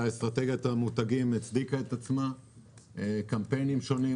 אסטרטגיית המותגים הצדיקה את עצמה בקמפיינים שונים.